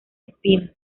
espinas